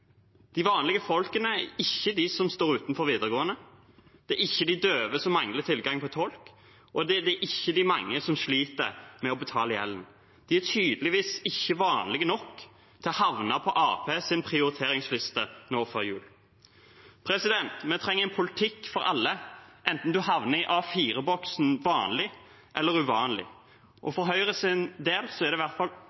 De vanlige folkene er ikke de som står utenfor videregående, det er ikke de døve som mangler tilgang på tolk, og det er ikke de mange som sliter med å betale gjeld. De er tydeligvis ikke vanlige nok til å havne på Arbeiderpartiets prioriteringsliste nå før jul. Vi trenger en politikk for alle, enten man havner i A4-boksen «vanlig» eller